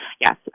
yes